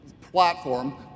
platform